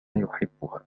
يحبها